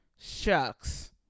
Shucks